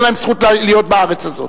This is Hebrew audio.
אין להם זכות להיות בארץ הזאת.